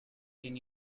can